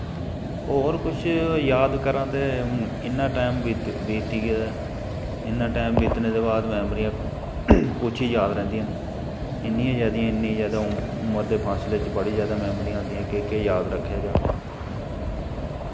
होर कुछ याद करां ते हून इन्ना टैम बी बीती गेदा ऐ इ'न्ना टैम बीतने दे बाद मैमरियां कुछ ई याद रैंह्दियां न इन्नी ज्यादियां इन्नी ज्यादा हून उमर दे फासले च बड़ी ज्यादा मैमरियां आंदियां केह् केह् याद रक्खेआ जा